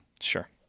Sure